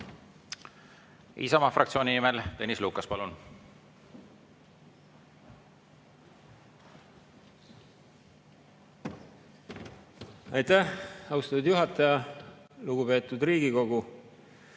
Isamaa fraktsiooni nimel Tõnis Lukas, palun! Aitäh, austatud juhataja! Lugupeetud Riigikogu!